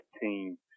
team